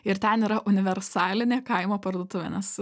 ir ten yra universalinė kaimo parduotuvė nes